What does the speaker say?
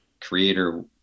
creator